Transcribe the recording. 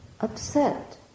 upset